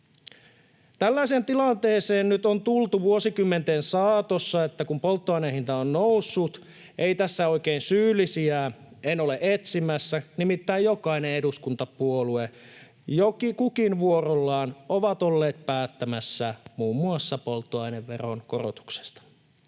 Tällaiseen tilanteeseen nyt on tultu vuosikymmenten saatossa, että polttoaineen hinta on noussut. En tässä oikein syyllisiä ole etsimässä, nimittäin jokainen eduskuntapuolue, kukin vuorollaan, on ollut päättämässä muun muassa polttoaineveron korotuksesta.